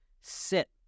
sit